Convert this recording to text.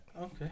Okay